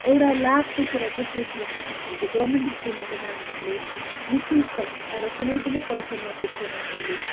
एउटा लाभको कुरो चाहिँ के छ भन्दाखरि चाहिँ गर्मेन्ट स्कुलमा चाहिँ नानीहरूले निःशुल्क एउटा कुनै पनि पैसा नतिरिकन उनीहरूले